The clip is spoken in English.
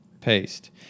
paste